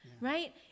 Right